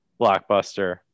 blockbuster